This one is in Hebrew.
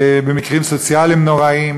במקרים סוציאליים נוראים,